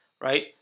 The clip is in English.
right